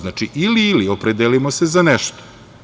Znači, ili ili, opredelimo se za nešto.